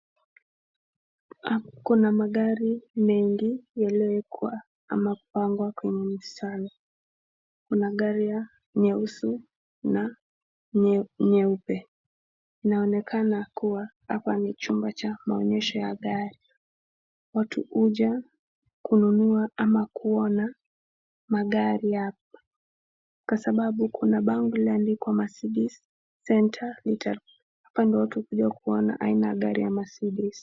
Kuna magari mengi yaliyowekwa ama kupangwa kwenye mstari. Kuna gari ya nyeusi na nyeupe. Inaonekana kuwa hapa ni chumba cha maonyesha ya gari. Watu huja kununua ama kuona magari hapa kwa sababu kuna bango limeandikwa mercedes centre . Hapa ndio watu huja kuona aina ya gari ya mercedes .